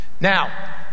Now